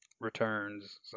returns